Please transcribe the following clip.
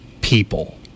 people